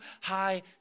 high